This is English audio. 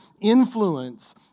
influence